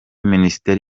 minisiteri